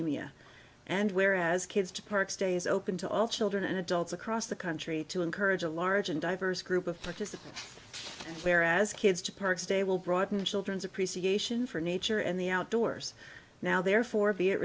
emia and where as kids to park stays open to all children and adults across the country to encourage a large and diverse group of participants where as kids to parks day will broaden children's appreciation for nature and the outdoors now therefore